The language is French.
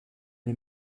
les